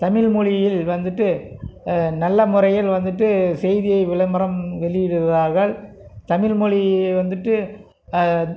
தமிழ் மொழியில் வந்துட்டு நல்ல முறையில் வந்துட்டு செய்தியை விளம்பரம் வெளியிடுகிறார்கள் தமிழ் மொழியை வந்துட்டு